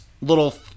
little